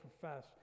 profess